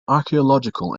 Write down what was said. archaeological